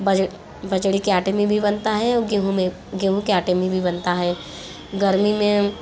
बज बाजरे के आटे में भी बनता है और गेहूं में गेहूं के आटे में भी बनता है गर्मी में